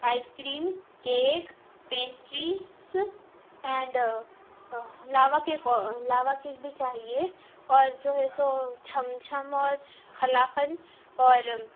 ice cream cake pastries and lava cake lava cake بھی چاہیے اور جو ہے سو چھم چھم اور قلاقند اور